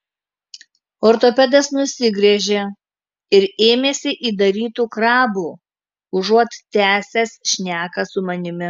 ortopedas nusigręžė ir ėmėsi įdarytų krabų užuot tęsęs šneką su manimi